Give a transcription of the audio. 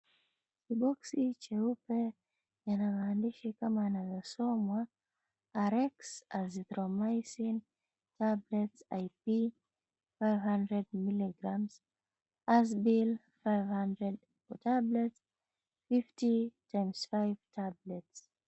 Kiboxi cheupe kina maandishi kama yanavyosomwa Arex Azythromycin Sulphate IP 100miligrams, hasbill 500, tablets 50×5 tablets .